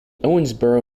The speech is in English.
owensboro